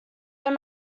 are